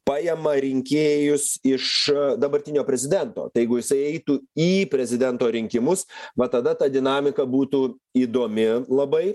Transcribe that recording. paėma rinkėjus iš dabartinio prezidento tai jeigu jisai eitų į prezidento rinkimus va tada ta dinamika būtų įdomi labai